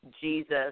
Jesus